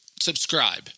subscribe